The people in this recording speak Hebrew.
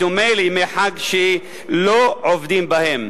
בדומה לימי חג שלא עובדים בהם.